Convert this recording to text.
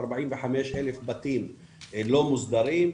45,000 בתים לא מוסדרים.